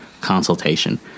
consultation